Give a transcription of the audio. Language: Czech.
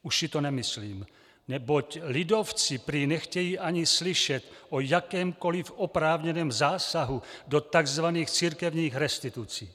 Už si to nemyslím, neboť lidovci prý nechtějí ani slyšet o jakémkoliv oprávněném zásahu do tzv. církevních restitucí.